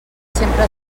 sempre